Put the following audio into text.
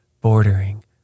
bordering